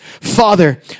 Father